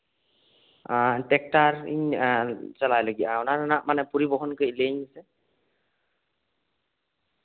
ᱟ ᱴᱨᱮᱠᱴᱟᱨ ᱤᱧ ᱪᱟᱞᱟᱣ ᱞᱟᱹᱜᱤᱫ ᱪᱟᱞᱟᱣ ᱨᱮᱱᱟᱜ ᱯᱚᱨᱤᱵᱚᱱ ᱠᱟᱹᱴᱤᱡ ᱞᱟᱹᱭ ᱟᱹᱧ ᱢᱮᱥᱮ